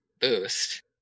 boost